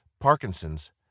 Parkinson's